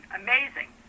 amazing